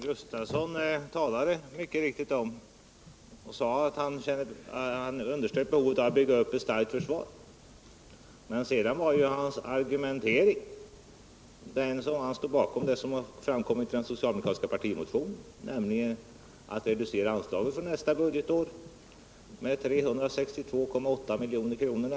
Herr talman! Herr Gustavsson underströk mycket riktigt behovet av att bygga upp ett starkt försvar, men hans resonemang var detsamma som det som återfinns i den socialdemokratiska partimotionen, vilket innebär en reducering av anslaget för nästa budgetår med, för att vara exakt, 362,8 milj.kr.